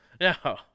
No